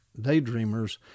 daydreamers